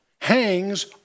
hangs